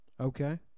Okay